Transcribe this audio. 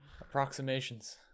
Approximations